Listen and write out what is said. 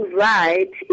right